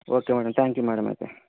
okay madam thank you madam అయితే